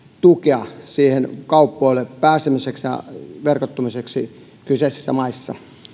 tukea kaupoille pääsemiseksi ja verkottumiseksi kyseisissä maissa